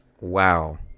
Wow